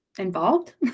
involved